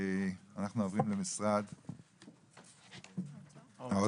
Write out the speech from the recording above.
נעבור למשרד האוצר.